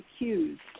accused